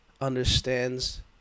understands